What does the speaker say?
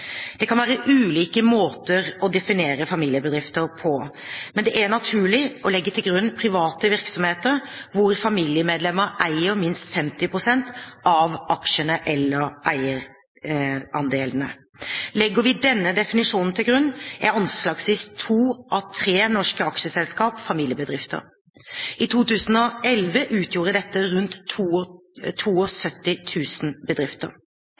Det kan være ulike måter å definere familiebedrifter på, men det er naturlig å legge til grunn private virksomheter hvor familiemedlemmer eier minst 50 pst. av aksjene eller eierandelene. Legger vi denne definisjonen til grunn, er anslagsvis to av tre norske aksjeselskaper familiebedrifter. I 2011 utgjorde dette rundt 72 000 bedrifter.